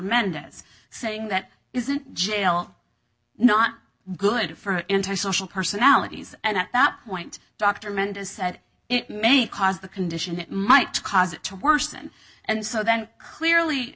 mendez saying that isn't jail not good for international personalities and at that point dr amanda said it may cause the condition that might cause it to worsen and so then clearly